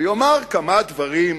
ויאמר כמה דברים: